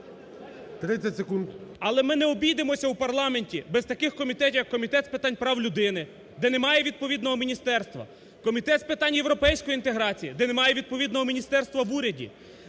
Але ми не обійдемось в парламенті без таких комітетів, як Комітет з питань прав людини, де немає відповідного міністерства, Комітет з питань європейської інтеграції, де немає відповідного міністерства в уряді.